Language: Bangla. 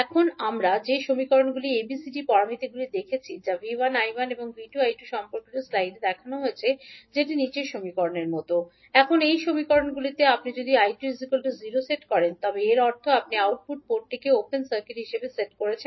এখন আমরা যে সমীকরণগুলি ABCD প্যারামিটারগুলির ক্ষেত্রে দেখেছি যা 𝐕1 𝐈1 এবং 𝐕2 𝐈2 সম্পর্কিত স্লাইডে দেখানো হয়েছে এর মতো 𝐕1 𝐀𝐕2 − 𝐁𝐈2 𝐈1 𝐂𝐕2 − 𝐃𝐈2 এখন এই সমীকরণগুলিতে আপনি যদি 𝐈2 0 সেট করেন তবে এর অর্থ আপনি আউটপুট পোর্টটিকে ওপেন সার্কিট হিসাবে সেট করছেন